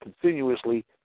continuously